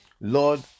Lord